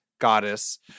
goddess